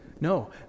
No